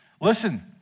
Listen